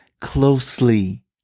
closely